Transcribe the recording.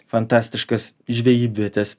fantastiškas žvejybvietes